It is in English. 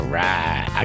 right